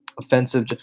offensive